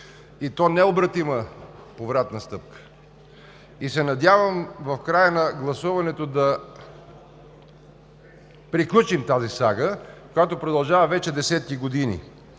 и то необратима повратна стъпка. Надявам се в края на гласуването да приключим тази сага, която продължава вече десетки години.